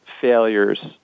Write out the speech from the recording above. failures